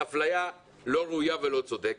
אפליה לא ראויה ולא צודקת.